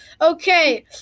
Okay